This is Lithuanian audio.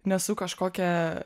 nesu kažkokia